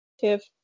Tiff